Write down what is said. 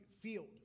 field